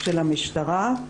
של המשטרה,